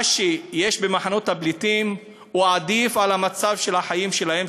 מה שיש במחנות הפליטים הוא עדיף על המצב של החיים שלהם,